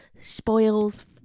spoils